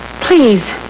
please